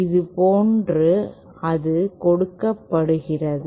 இது போன்று அது கொடுக்கப்படுகிறது